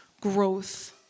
growth